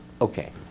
okay